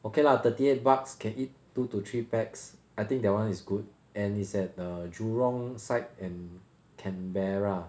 okay lah thirty eight bucks can eat two to three pax I think that one is good and it's at the jurong side and canberra